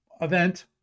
Event